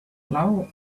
love